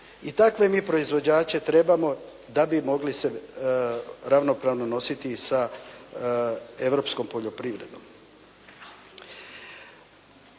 i takve mi proizvođače trebamo da bi mogli se ravnopravno nositi i sa europskom poljoprivredom.